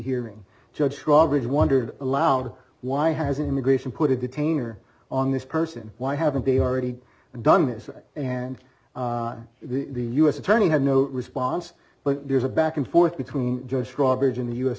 hearing judge drawbridge wondered aloud why hasn't immigration put a detainer on this person why haven't they already done this and the u s attorney had no response but there's a back and forth between judge drawbridge and the u